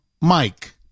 Mike